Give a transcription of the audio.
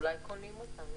אולי קונים אותם.